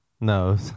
No